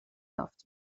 یافت